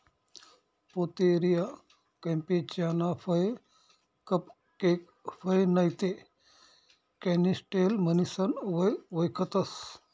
Pouteria कॅम्पेचियाना फय cupcake फय नैते कॅनिस्टेल म्हणीसन वयखतंस